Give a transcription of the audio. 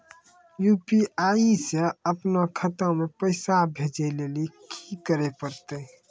UPI से अपनो खाता मे पैसा भेजै लेली कि करै पड़तै?